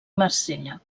marsella